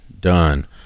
done